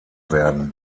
werden